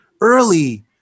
early